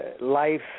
life